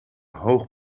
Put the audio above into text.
hoog